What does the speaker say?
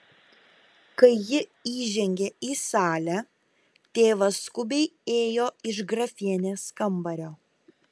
kai ji įžengė į salę tėvas skubiai ėjo iš grafienės kambario